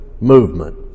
movement